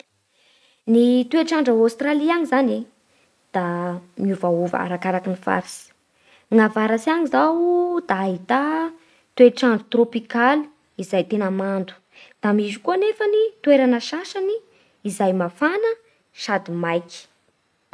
Ny toetr'andro a Aostralia agny zany e da miovaova araky ny faritsy. Ny avaratsy any izao da ahità toetr'andro trôpikaly izay tena mando; da misy koa anefany toerana sasany izay mafana sady maiky.